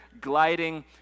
gliding